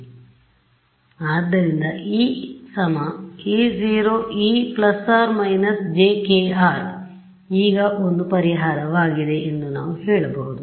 → ಆದ್ದರಿಂದ E E0e±jk·r→ ಈಗ ಒಂದು ಪರಿಹಾರವಾಗಿದೆ ಎಂದು ನಾವು ಹೇಳಬಹುದು